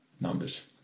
numbers